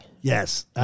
Yes